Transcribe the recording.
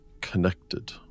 connected